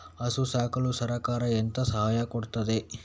ಹಸು ಸಾಕಲು ಸರಕಾರ ಎಂತ ಸಹಾಯ ಕೊಡುತ್ತದೆ?